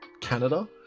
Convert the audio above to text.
canada